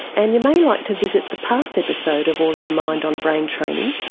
and you may like to revisit the past episode of all in the mind on brain training,